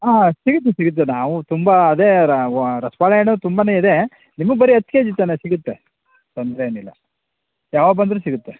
ಆಂ ಸಿಹಿದು ಸಿಹಿದು ನಾವು ತುಂಬ ಅದೇ ರ ವ ರಸಬಾಳೆ ಹಣ್ಣು ತುಂಬಾ ಇದೆ ನಿಮಗೆ ಬರೀ ಹತ್ತು ಕೆ ಜಿ ತಾನೇ ಸಿಗುತ್ತೆ ತೊಂದರೆ ಏನಿಲ್ಲ ಯಾವಾಗ ಬಂದರೂ ಸಿಗುತ್ತೆ